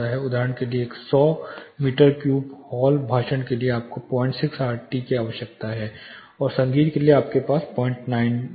उदाहरण के लिए एक 100 मीटर क्यूब हॉल भाषण के लिए आपको 06 के आरटी की आवश्यकता होगी और संगीत के लिए आपके पास 09 होगा